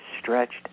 stretched